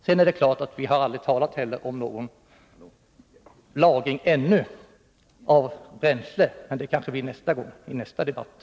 Sedan är det klart att vi ännu aldrig har talat om någon lagring av bränsle, men det kanske vi kommer att göra nästa Nr 14